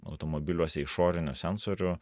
automobiliuose išorinių sensorių